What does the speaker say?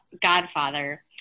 godfather